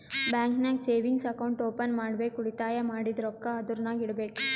bank ನಾಗ್ savings account open ಮಾಡ್ಬೇಕ ಉಳಿತಾಯ ಮಾಡಿದ್ದು ರೊಕ್ಕಾ ಅದುರ್ನಾಗ್ ಇಡಬೇಕ್